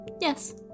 Yes